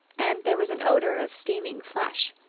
and there was an odor of steaming flesh.